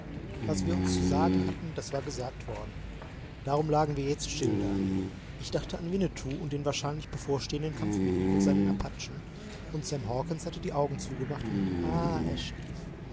was wir uns zu sagen hatten das war gesagt worden darum lagen wir jetzt still da ich dachte an winnetou und den wahrscheinlich bevorstehenden kampf mit ihm und seinen apachen und sam hawkens hatte die augen zugemacht und ah er schlief